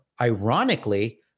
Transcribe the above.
ironically